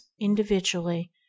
individually